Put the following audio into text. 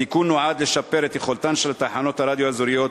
התיקון נועד לשפר את יכולתן של תחנות הרדיו האזוריות